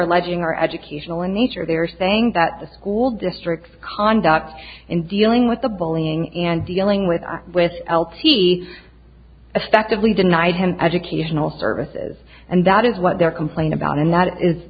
alleging are educational in nature they're saying that the school districts conduct in dealing with the bullying and dealing with with l t effectively denied him educational services and that is what they're complaining about and that is